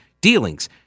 dealings